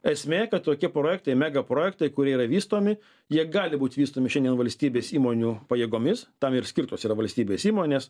esmė kad tokie projektai megaprojektai kurie yra vystomi jie gali būt vystomi šiandien valstybės įmonių pajėgomis tam ir skirtos yra valstybės įmonės